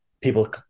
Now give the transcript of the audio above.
people